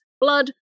blood